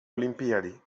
olimpiadi